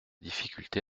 difficulté